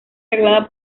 arreglada